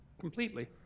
completely